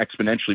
exponentially